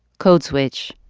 code switch